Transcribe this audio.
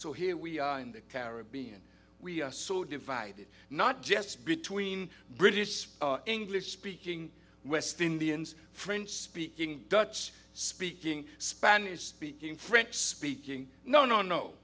so here we are in the caribbean we are so divided not just between british english speaking west indians french speaking dutch speaking spanish speaking french speaking no no no